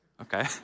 okay